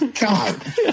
God